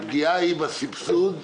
הפגיעה היא בסבסוד,